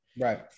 Right